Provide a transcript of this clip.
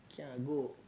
kia go